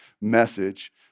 message